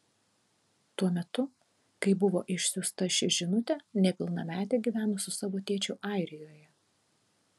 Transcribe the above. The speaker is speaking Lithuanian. tuo metu kai buvo išsiųsta ši žinutė nepilnametė gyveno su savo tėčiu airijoje